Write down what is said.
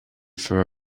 for